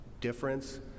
difference